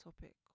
topic